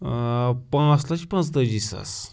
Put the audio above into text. ٲں پانٛژھ لَچھ پانٛژتٲجی ساس